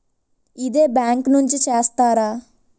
ఇదే బ్యాంక్ నుంచి చేస్తారా?